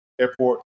airport